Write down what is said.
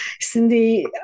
Cindy